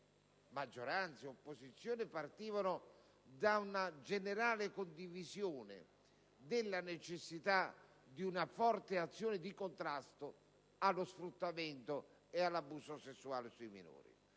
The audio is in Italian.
maggioranza e opposizione - partivano dalla generale condivisione della necessità di una forte azione di contrasto allo sfruttamento e all'abuso sessuale sui minori.